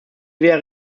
wäre